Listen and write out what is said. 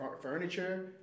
furniture